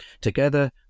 together